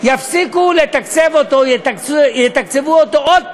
יפסיקו לתקצב אותו, יתקצבו אותו עוד פחות,